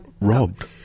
robbed